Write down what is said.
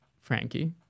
Frankie